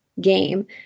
game